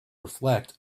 reflect